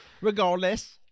regardless